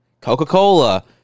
Coca-Cola